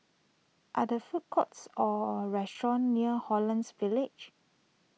are there food courts or restaurants near Holland Village